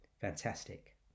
Fantastic